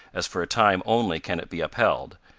as for a time only can it be upheld,